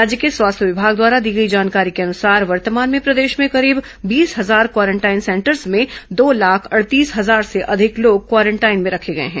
राज्य के स्वास्थ्य विभाग द्वारा दी गई जानकारी के अनुसार वर्तमान में प्रदेश में करीब बीस हजार क्वारेंटाइन सेंटरों में दो लाख अड़तीस हजार से अधिक लोग क्वारेंटाइन में रखे गए हैं